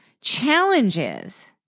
challenges